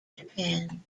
japan